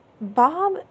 Bob